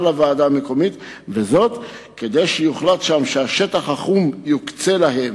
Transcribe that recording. לוועדה המקומית כדי שיוחלט שם שהשטח החום יוקצה להם.